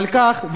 ועל כך,